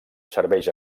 serveix